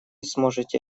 сможете